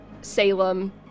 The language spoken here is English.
salem